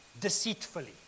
deceitfully